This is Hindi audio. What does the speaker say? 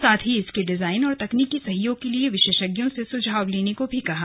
साथ ही इसके डिजाइन और तकनीकी सहयोग के लिए विशेषज्ञों से सुझाव लेने को भी कहा है